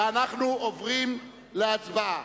ואנחנו עוברים להצבעה.